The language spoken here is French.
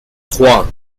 trois